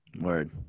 Word